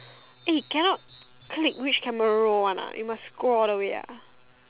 eh cannot click which camera row one ah you must go all the way ah